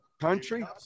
country